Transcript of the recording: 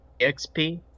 XP